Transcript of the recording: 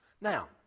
Now